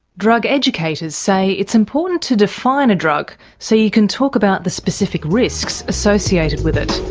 drug educators say it's important to define a drug so you can talk about the specific risks associated with it.